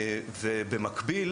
ובמקביל,